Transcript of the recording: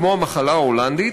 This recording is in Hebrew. כמו המחלה ההולנדית,